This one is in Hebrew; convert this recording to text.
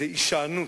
זו הישענות,